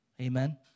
Amen